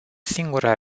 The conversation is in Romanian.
singura